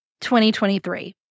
2023